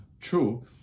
true